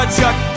Chuck